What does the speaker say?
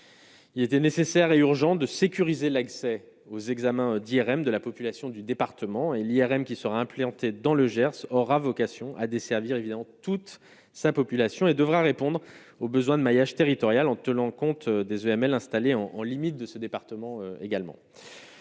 Il était nécessaire et urgent de sécuriser l'accès aux examens d'IRM de la population du département et l'IRM qui sera implanté dans le Gers aura vocation à desservir évidemment toute sa population et devra répondre aux besoins de maillage territorial en tenant compte des URL en en limite de ce département également.